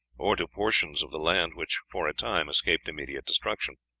or to portions of the land which for a time escaped immediate destruction.